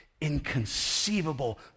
inconceivable